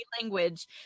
language